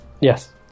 Yes